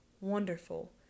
wonderful